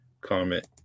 comment